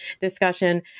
discussion